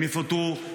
הם יפוטרו,